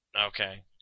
Okay